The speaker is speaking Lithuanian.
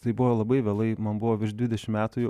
tai buvo labai vėlai man buvo virš dvidešimt metų jau